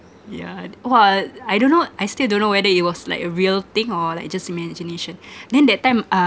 yeah !wah! I don't know I still don't know whether it was like a real thing or like just imagination then that time uh